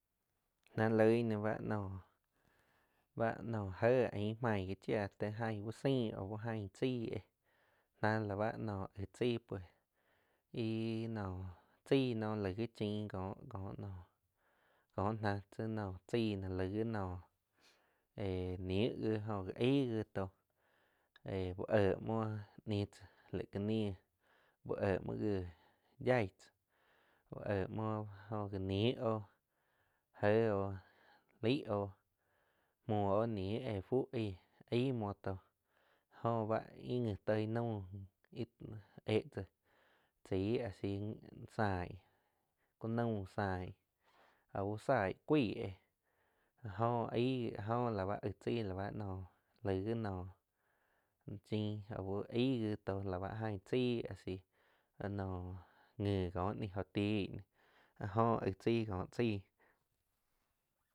Náh loig ná báh noh jéh ain maig wi chia ti ain úh sain au aing chaig éh náh la bá naum aig chai pue íh naum chaig noh laig chiin kóh-kóh náh tsi naum chain lai wi noh éh ni wi jo ji aig wi tóh éh úh eh muo ñiu tzá la ká níh úh eh muo gíh yai tzáh úh eh muo jóh la ni oh je oh laig óh muo oh ni éh fuh aig. Ai muoh tóh jó bá íh nji toig naum, íh éh tzáh chai a si saing ku naum saing au sain kuaig la jo aim la jo la ba aig tzai la ba noh laig wi noh chin aú aig gi tó lau ain chaí asi noh nji kó nih jo tih ní áh joh aig chai kóh chaig.